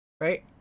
Right